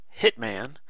Hitman